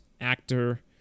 actor